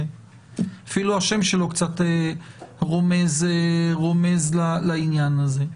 אפילו השם שלו קצת רומז לעניין הזה.